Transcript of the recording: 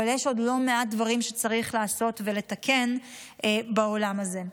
אבל יש עוד לא מעט דברים שצריך לעשות ולתקן בעולם הזה.